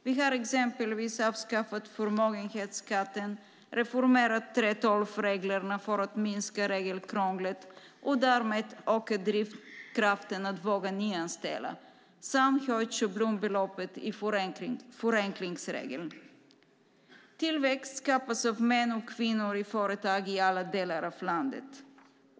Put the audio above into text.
Vi har exempelvis avskaffat förmögenhetsskatten, reformerat 3:12-reglerna för att minska regelkrånglet och därmed öka drivkraften att våga nyanställa samt höjt schablonbeloppet i förenklingsregeln. Tillväxt skapas av män och kvinnor i företag i alla delar av landet.